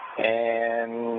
and